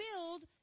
build